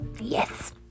Yes